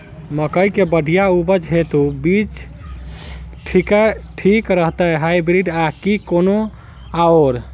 मकई केँ बढ़िया उपज हेतु केँ बीज ठीक रहतै, हाइब्रिड आ की कोनो आओर?